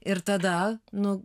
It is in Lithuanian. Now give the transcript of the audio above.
ir tada nu